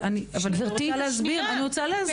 אני מבקשת לסיים.